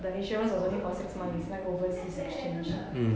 the insurance was only for six month 那个 overseas exchange